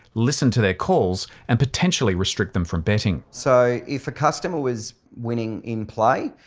listen to their calls and potentially restrict them from betting. so if a customer was winning in-play,